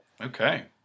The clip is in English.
Okay